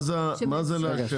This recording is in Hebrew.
מה זה לאשר?